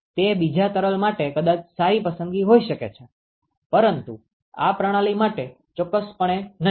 તે બીજા તરલ માટે કદાચ સારી પસંદગી હોઈ શકે છે પરંતુ આ પ્રણાલી માટે ચોક્કસપણે નહીં